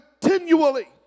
continually